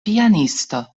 pianisto